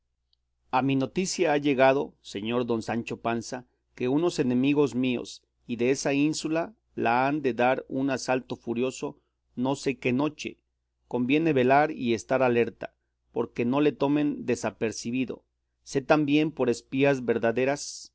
a mi noticia ha llegado señor don sancho panza que unos enemigos míos y desa ínsula la han de dar un asalto furioso no sé qué noche conviene velar y estar alerta porque no le tomen desapercebido sé también por espías verdaderas